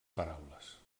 paraules